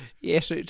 yes